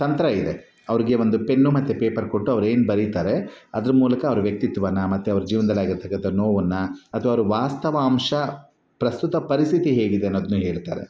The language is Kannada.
ತಂತ್ರ ಇದೆ ಅವರಿಗೆ ಒಂದು ಪೆನ್ನು ಮತ್ತು ಪೇಪರ್ ಕೊಟ್ಟು ಅವ್ರು ಏನು ಬರಿತಾರೆ ಅದ್ರ ಮೂಲಕ ಅವರ ವ್ಯಕ್ತಿತ್ವನ ಮತ್ತು ಅವ್ರ ಜೀವನದಲ್ಲಿ ಆಗಿರ್ತಕ್ಕಂಥ ನೋವನ್ನು ಅಥವಾ ಅವ್ರ ವಾಸ್ತವ ಅಂಶ ಪ್ರಸ್ತುತ ಪರಿಸ್ಥಿತಿ ಹೇಗಿದೆ ಅನ್ನೋದನ್ನು ಹೇಳ್ತಾರೆ